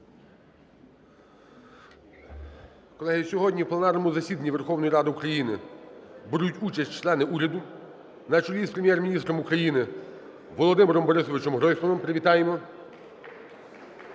Колеги, сьогодні у пленарному засіданні Верховної Ради України беруть участь члени уряду на чолі з Прем'єр-міністром України Володимиром Борисовичем Гройсманом. Привітаємо.